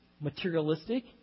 materialistic